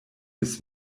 his